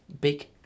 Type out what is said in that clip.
big